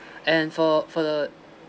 and for for the